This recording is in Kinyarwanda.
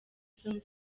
film